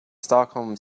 stockholm